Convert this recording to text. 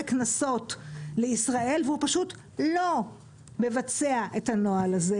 קנסות לישראל והוא פשוט לא מבצע את הנוהל הזה,